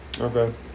Okay